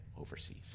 overseas